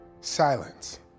silence